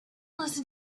listen